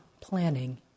planning